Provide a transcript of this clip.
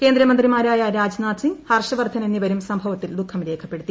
കേന്ദ്രമന്ത്രിമാരായ രാജ്നാഥ് സിംഗ് ഹർഷ് വർധൻ എന്നിവരും സംഭവത്തിൽ ദുഖം രേഖപ്പെടുത്തി